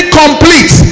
complete